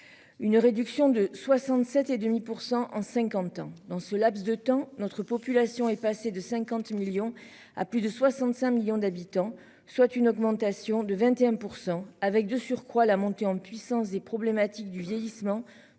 Une réduction de 67 et demi pour 100 en 50 ans dans ce laps de temps notre population est passé de 50 millions à plus de 65 millions d'habitants, soit une augmentation de 21% avec de surcroît la montée en puissance des problématiques du vieillissement